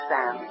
Sam